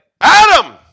Adam